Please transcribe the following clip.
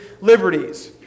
liberties